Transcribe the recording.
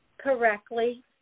correctly